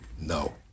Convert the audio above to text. no